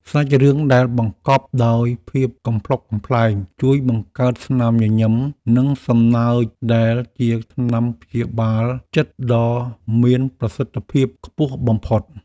សាច់រឿងដែលបង្កប់ដោយភាពកំប្លុកកំប្លែងជួយបង្កើតស្នាមញញឹមនិងសំណើចដែលជាថ្នាំព្យាបាលចិត្តដ៏មានប្រសិទ្ធភាពខ្ពស់បំផុត។